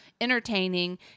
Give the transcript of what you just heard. entertaining